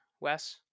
Wes